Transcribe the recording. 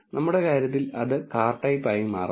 അതിനാൽ നമ്മുടെ കാര്യത്തിൽ അത് കാർ ടൈപ്പ് ആയി മാറുന്നു